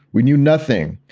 we knew nothing.